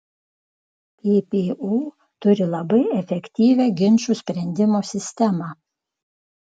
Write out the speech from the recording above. ppo turi labai efektyvią ginčų sprendimo sistemą